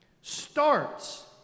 starts